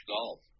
Golf